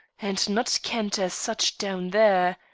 and not kent as such down there.